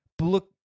look